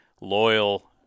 loyal